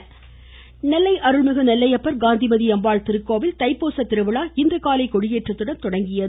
நெல்லை தைப்பூசம் நெல்லை அருள்மிகு நெல்லையப்பர் காந்திமதியம்பாள் திருக்கோவில் தைப்பூசத் திருவிழா இன்றுகாலை கொடியேற்றத்துடன் தொடங்கியது